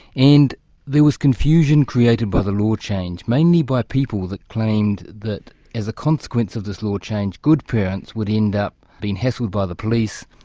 and there was confusion created by the law change, mainly by people who claimed that as a consequence of this law change, good parents would end up being hassled by the police,